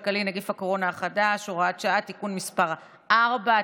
(תיקון מס' 4),